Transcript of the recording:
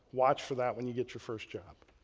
watch for that when you get your first job,